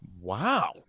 Wow